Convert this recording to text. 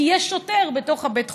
כי יש שוטר בתוך בית החולים.